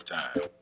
time